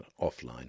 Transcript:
offline